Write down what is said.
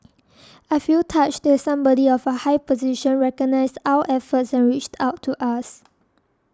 I feel touched that somebody of a high position recognised our efforts and reached out to us